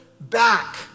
back